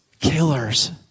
Killers